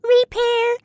Repair